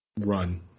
run